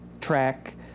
track